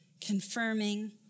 confirming